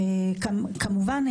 כמובן,